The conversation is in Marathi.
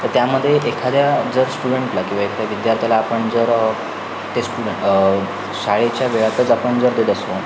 तर त्यामध्ये एखाद्या जर स्टुडन्टला किंवा एखाद्या विद्यार्थ्याला आपण जरं ते स्टुडन्ट शाळेच्या वेळातच आपण जर देत असतो